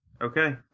okay